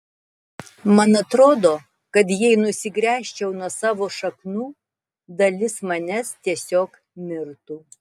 man atrodo kad jei nusigręžčiau nuo savo šaknų dalis manęs tiesiog mirtų